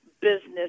business